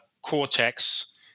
cortex